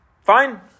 Fine